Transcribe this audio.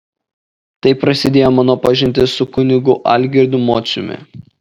taip prasidėjo mano pažintis su kunigu algirdu mociumi